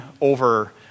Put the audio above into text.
over